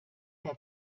der